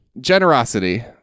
generosity